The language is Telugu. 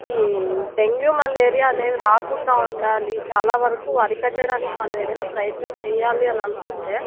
ఇవి డెంగ్యూ మలేరియా అనేవి రాకుండా ఉండాలి చాలా వరకు అరికట్టడానికి మనం ఏదన్న ప్రయత్నం చేయాలి అననుకుంటే